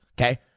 Okay